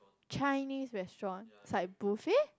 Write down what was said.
Chinese restaurant it's like buffet